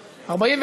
נתקבלו.